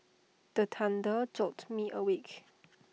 the thunder jolt me awake